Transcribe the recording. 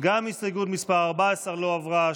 גם הסתייגות מס' 14 לא עברה.